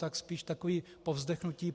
Tak spíš takové povzdechnutí: